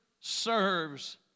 serves